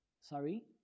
Sorry